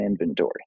inventory